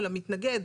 ולמתנגד,